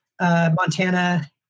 Montana